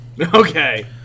Okay